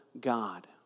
God